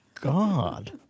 God